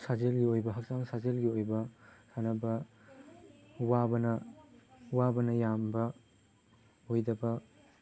ꯁꯥꯖꯦꯜꯒꯤ ꯑꯣꯏꯕ ꯍꯛꯆꯥꯡ ꯁꯥꯖꯦꯜꯒꯤ ꯑꯣꯏꯕ ꯁꯥꯟꯅꯕ ꯋꯥꯕꯅ ꯋꯥꯕꯅ ꯌꯥꯝꯕ ꯑꯣꯏꯗꯕ